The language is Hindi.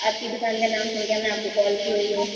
आपकी दुकान का नाम सुन के मैं आपको काल की हुई हूँ